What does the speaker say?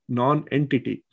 non-entity